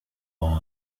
wawe